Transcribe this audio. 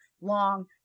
long